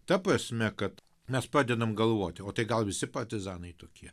ta prasme kad mes padedam galvoti o tai gal visi partizanai tokie